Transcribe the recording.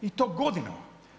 I to godinama!